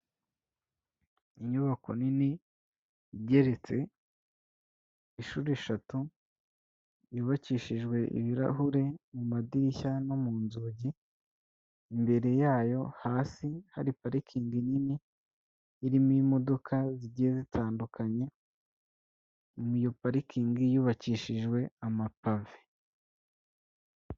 Inyubako nini igeretse inshuro eshatu yubakishijwe ibirahure mu madirishya no mu nzugi, imbere yayo hasi hari parikingi nini irimo imodoka zigiye zitandukanye, iyo parikingi yubakishijwe amapave.